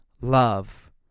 love